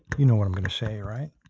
you know what i'm going to say, right?